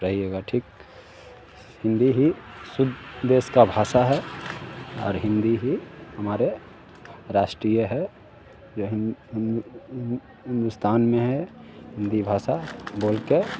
जाइएगा ठीक हिन्दी ही शुद्ध देश का भाषा है और हिन्दी ही हमारी राष्ट्रीय है जो हिन्द हिन्दुस्तान में है हिन्दी भाषा बोलकर